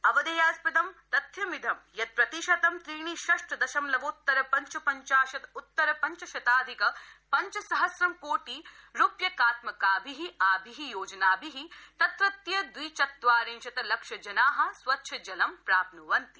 अवधेयास्पदं तथ्यमिदं यत् प्रतिशतं त्रीणि अष्ट दशमलवोत्तर पञ्चपञ्चाशत् उत्तर पञ्चशताधिक पञ्चसहस्रं कोटि रूप्यकात्मकाभि आभि योजनाभि तत्रत्य द्विचत्तवारिंशत् लक्षजना स्वच्छ जलं प्राप्नुवन्ति